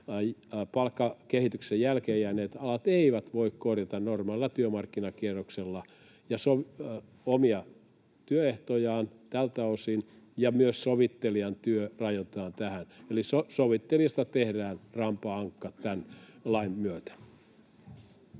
palkkakehityksessä jälkeen jääneet alat eivät voi korjata normaalilla työmarkkinakierroksella omia työehtojaan tältä osin, ja myös sovittelijan työtä rajoitetaan tässä. Eli sovittelijasta tehdään rampa ankka tämän lain myötä.